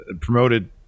promoted